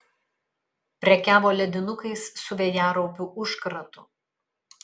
prekiavo ledinukais su vėjaraupių užkratu